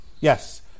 Yes